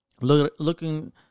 Looking